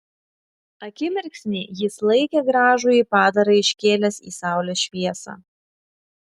akimirksnį jis laikė gražųjį padarą iškėlęs į saulės šviesą